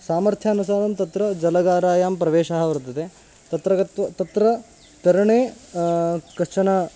सामर्थ्यानुसारं तत्र जलगारायां प्रवेशः वर्तते तत्र गत्वा तत्र तरणे कश्चन